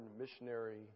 missionary